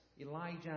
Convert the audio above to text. Elijah